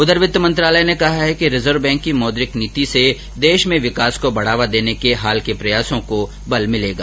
उधर वित्त मंत्रालय ने कहा है कि रिजर्व बैंक की मौद्रिक नीति से देश में विकास को बढ़ावा देने को हाल के प्रयासों को बल मिलेगा